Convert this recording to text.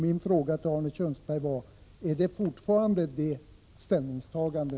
Min fråga till Arne Kjörnsberg var: Är det fortfarande ert ställningstagande?